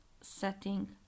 setting